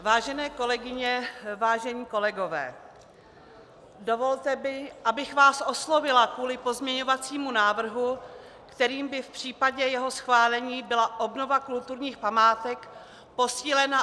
Vážené kolegyně, vážení kolegové, dovolte mi, abych vás oslovila kvůli pozměňovacímu návrhu, kterým by v případě jeho schválení byla obnova kulturních památek posílena o 400 mil.